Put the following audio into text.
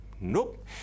Nope